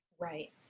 right